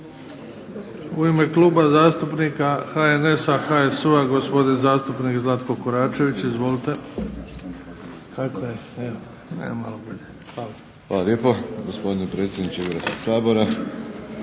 U ime Kluba zastupnika HNS-a, HSU-a gospodin zastupnik Zlatko Koračević. Izvolite. **Koračević, Zlatko (HNS)** Hvala lijepo gospodine predsjedniče Hrvatskog sabora,